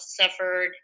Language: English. suffered